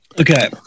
Okay